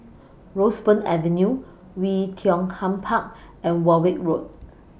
Roseburn Avenue Oei Tiong Ham Park and Warwick Road